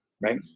right